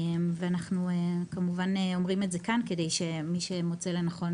אנחנו כמובן אומרים את זה כאן כדי שמי שמוצא לנכון